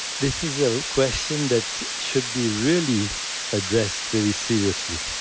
this is a question that should be really addressed very seriously,